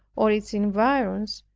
or its environs,